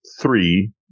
three